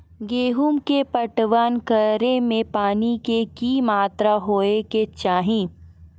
गेहूँ के पटवन करै मे पानी के कि मात्रा होय केचाही?